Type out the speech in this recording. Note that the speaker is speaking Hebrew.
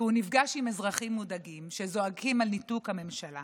כי הוא נפגש עם אזרחים מודאגים שזועקים על ניתוק הממשלה